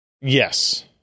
Yes